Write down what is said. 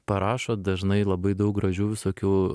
parašo dažnai labai daug gražių visokių